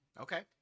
Okay